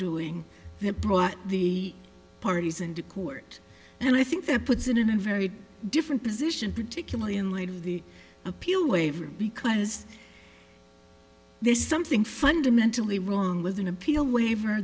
wrongdoing that brought the parties and to court and i think that puts him in a very different position particularly in light of the appeal waiver because there's something fundamentally wrong with an appeal waiver